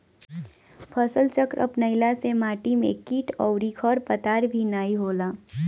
फसलचक्र अपनईला से माटी में किट अउरी खरपतवार भी नाई होला